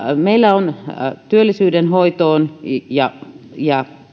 meillä on työllisyyden hoitoon ja ja